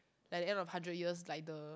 at the end of hundred years like the